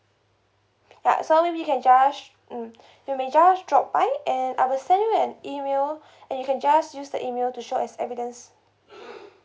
ya so maybe you can just mm you may just drop by and I will send you an email and you can just use the email to show as evidence